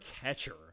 catcher